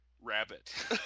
rabbit